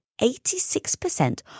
86%